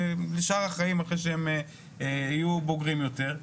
לשאר החיים כשהם יהיו בוגרים יותר,